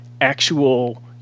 actual